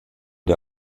der